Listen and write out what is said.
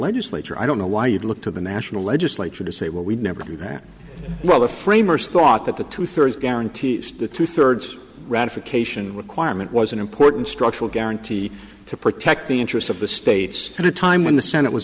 legislature i don't know why you'd look to the national legislature to say well we'd never do that well the framers thought that the two thirds guarantees the two thirds ratification would quire meant was an important structural guarantee to protect the interests of the states at a time when the senate was